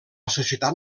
societat